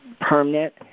permanent